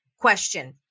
question